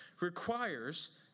requires